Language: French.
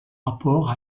rapport